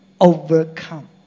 overcome